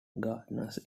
gardeners